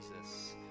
Jesus